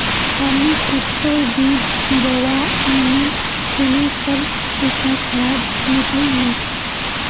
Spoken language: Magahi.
हामी सरसोर बीज बोवा आनिल छिनु पर उटा खराब निकल ले